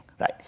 right